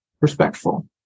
respectful